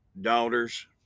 daughters